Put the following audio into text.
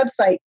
website